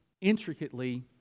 intricately